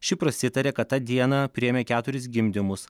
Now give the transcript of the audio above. ši prasitarė kad tą dieną priėmė keturis gimdymus